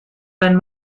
wenn